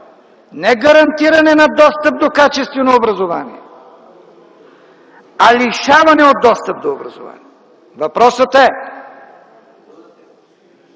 не гарантиране на достъп до качествено образование, а лишаване от достъп до образование. Въпросът е